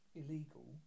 illegal